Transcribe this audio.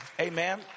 Amen